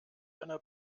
einer